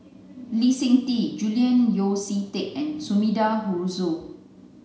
Lee Seng Tee Julian Yeo See Teck and Sumida Haruzo